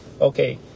okay